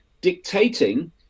dictating